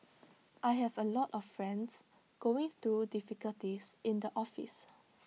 I have A lot of friends going through difficulties in the office